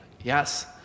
Yes